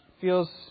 feels